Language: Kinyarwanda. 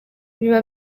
biba